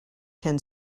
can